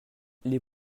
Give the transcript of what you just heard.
les